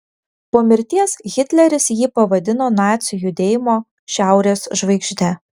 po mirties hitleris jį pavadino nacių judėjimo šiaurės žvaigžde